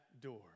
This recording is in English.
door